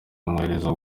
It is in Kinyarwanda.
bamwohereza